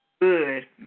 Good